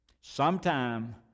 sometime